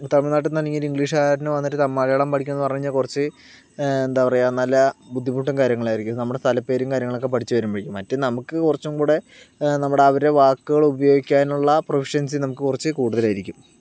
തമിഴ്നാട്ടിൽ നിന്ന് അല്ലെങ്കിൽ ഇംഗ്ലീഷുകാര് വന്നിട്ട് മലയാളം പഠിക്കണം എന്ന് പറഞ്ഞ് കഴിഞ്ഞാൽ കുറച്ച് എന്താ പറയുക നല്ല ബുദ്ധിമുട്ടും കാര്യങ്ങളും ആയിരിക്കും നമ്മുടെ സ്ഥലപേരും കാര്യങ്ങളും ഒക്കെ പഠിച്ച് വരുമ്പോഴേക്കും മറ്റേ നമുക്ക് കുറച്ചും കൂടെ നമ്മടെ അവരുടെ വാക്കുകൾ ഉപയോഗിക്കാനുള്ള പ്രൊഫഷൻസി നമുക്ക് കുറച്ച് കൂടുതലായിരിക്കും